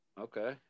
okay